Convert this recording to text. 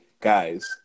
guys